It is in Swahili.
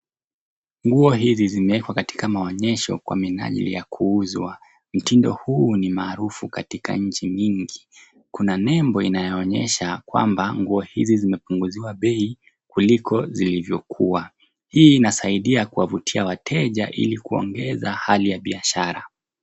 Nguo hizi zimewekwa katika maonyesho kwa minajili ya kuuzwa. Mtindo huu ni maarufu katika nchi nyingi. Kuna nembo inayoonyesha kwamba nguo zimepunguziwa bei kuliko zilivyokuwa. Hii inasaidia kuvutia wateja ili kuongeza hali ya biashara.